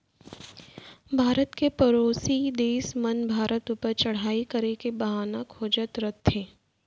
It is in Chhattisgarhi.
भारत के परोसी देस मन भारत ऊपर चढ़ाई करे के बहाना खोजत रथें